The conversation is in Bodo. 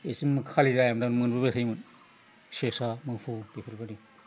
बेसिम खालि जायामोन मोनबोबाय थायोमोन सेसा मोफौ बेफोरबादि